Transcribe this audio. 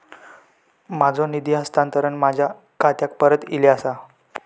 माझो निधी हस्तांतरण माझ्या खात्याक परत इले आसा